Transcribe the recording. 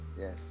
yes